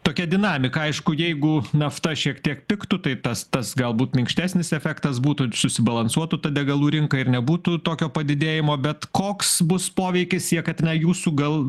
tokia dinamika aišku jeigu nafta šiek tiek pigtų tai tas tas galbūt minkštesnis efektas būtų susibalansuotų ta degalų rinka ir nebūtų tokio padidėjimo bet koks bus poveikis jekaterina jūsų gal